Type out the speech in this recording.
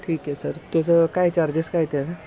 ठीक आहे सर त्याचं काय चार्जेस काय त्या